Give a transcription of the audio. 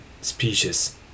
species